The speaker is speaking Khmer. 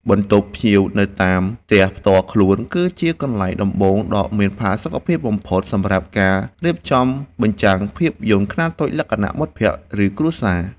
បន្ទប់ទទួលភ្ញៀវនៅតាមផ្ទះផ្ទាល់ខ្លួន គឺជាកន្លែងដំបូងដ៏មានផាសុកភាពបំផុត សម្រាប់ការរៀបចំបញ្ចាំងភាពយន្តខ្នាតតូចលក្ខណៈមិត្តភក្តិ ឬគ្រួសារ។